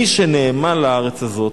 מי שנאמן לארץ הזאת.